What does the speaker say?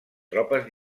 tropes